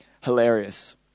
hilarious